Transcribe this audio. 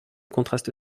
contraste